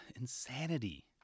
insanity